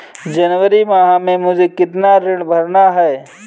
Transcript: जनवरी माह में मुझे कितना ऋण भरना है?